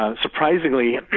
Surprisingly